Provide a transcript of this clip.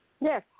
Yes